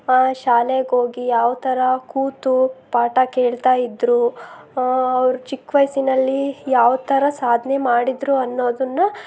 ಶಾಲೆಗೆ ಹೋಗಿ ಯಾವ ಥರ ಕೂತು ಪಾಠ ಕೇಳ್ತಾ ಇದ್ದರು ಅವ್ರ ಚಿಕ್ಕ ವಯಸ್ಸಿನಲ್ಲಿ ಯಾವ ಥರ ಸಾಧನೆ ಮಾಡಿದ್ದರು ಅನ್ನೋದನ್ನ